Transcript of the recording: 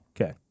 Okay